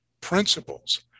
principles